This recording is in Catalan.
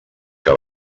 que